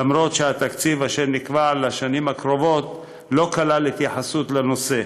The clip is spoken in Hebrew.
למרות שהתקציב אשר נקבע לשנים הקרובות לא כלל התייחסות לנושא,